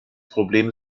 problem